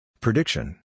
Prediction